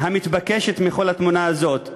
המתבקשת מכל התמונה הזאת: